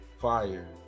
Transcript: Fire